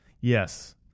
yes